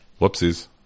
Whoopsies